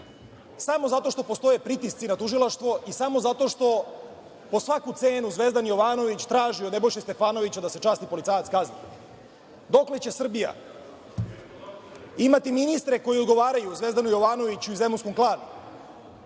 Samo zato što postoje pritisci na tužilaštvo i samo zato što po svaku cenu Zvezdan Jovanović traži od Nebojše Stefanovića da se časti policajac kaznom. Dokle će Srbija imati ministre koji odgovaraju Zvezdanu Jovanoviću i zemunskom klanu?